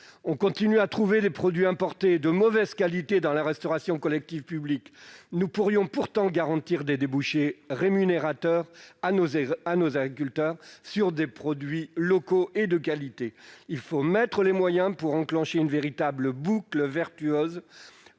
on continue de trouver des produits importés et de mauvaise qualité dans la restauration collective publique. Nous pourrions pourtant trouver des débouchés rémunérateurs pour nos agriculteurs, avec des produits locaux et de qualité. Il faut engager des moyens pour enclencher une véritable boucle vertueuse.